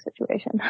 situation